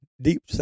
deep